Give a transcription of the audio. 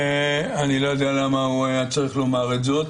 אני לא יודע למה הוא היה צריך לומר זאת